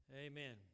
amen